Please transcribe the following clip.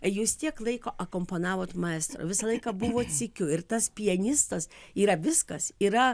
jūs tiek laiko akompanavot maestro visą laiką buvot sykiu ir tas pianistas yra viskas yra